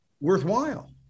worthwhile